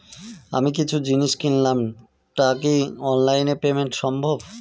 আমি কিছু জিনিস কিনলাম টা কি অনলাইন এ পেমেন্ট সম্বভ?